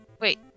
Wait